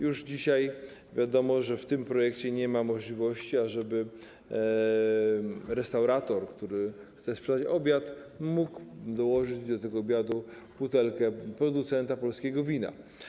Już dzisiaj wiadomo, że w tym projekcie nie ma zapisu zezwalającego na to, żeby restaurator, który chce sprzedać obiad, mógł dołożyć do tego obiadu butelkę producenta polskiego wina.